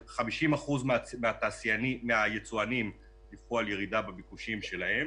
50% מהיצואנים דיווחו על ירידה בביקושים שלהם.